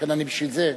בשביל זה,